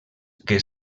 que